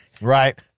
Right